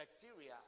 bacteria